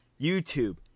YouTube